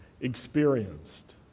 experienced